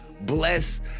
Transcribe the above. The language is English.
Bless